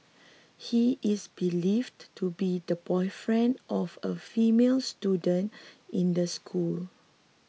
he is believed to be the boyfriend of a female student in the school